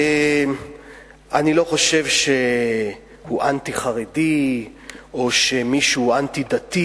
אני לא חושב שהוא אנטי-חרדי או שמישהו אנטי-דתי.